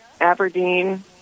Aberdeen